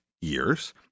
years